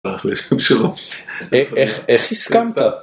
ברח לי השם שלו א... איך איך הסכמת?